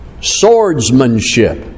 Swordsmanship